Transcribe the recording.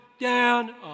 down